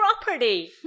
property